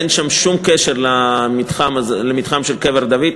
אין שם שום קשר למתחם של קבר דוד,